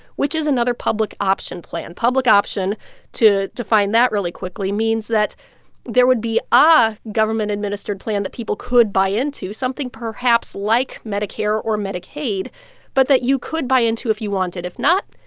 which is another public option plan public option to to find that really quickly means that there would be a ah government administered plan that people could buy into, something perhaps like medicare or medicaid but that you could buy into if you wanted. if not,